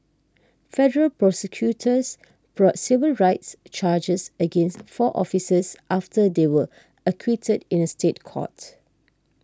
federal prosecutors brought civil rights charges against four officers after they were acquitted in a State Court